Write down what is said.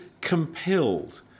compelled